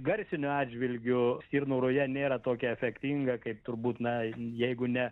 garsiniu atžvilgiu stirnų ruja nėra tokia efektinga kaip turbūt na jeigu ne